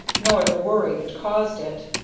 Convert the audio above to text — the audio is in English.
nor the worry that caused it.